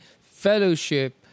fellowship